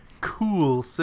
Cool